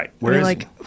Right